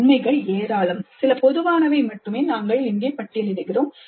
நன்மைகள் ஏராளம் சில பொதுவானவை மட்டுமே நாங்கள் இங்கே பட்டியலிடுகிறோம்